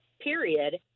period